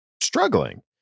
struggling